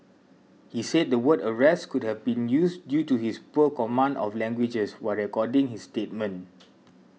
he said the word arrest could have been used due to his poor command of languages while recording his statement